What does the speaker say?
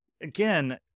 again